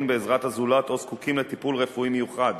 בעזרת הזולת או זקוקים לטיפול רפואי מיוחד,